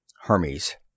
Hermes